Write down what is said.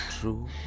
true